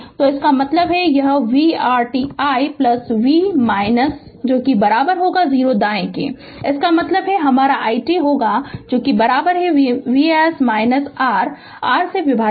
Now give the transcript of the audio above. तो इसका मतलब है यह V R i t v बराबर 0 दायें होगा इसका मतलब है हमारा i t होगा V s v R से विभाजित